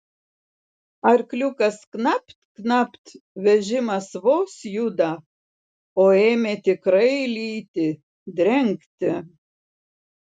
arkliukas knapt knapt vežimas vos juda o ėmė tikrai lyti drengti